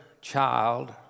child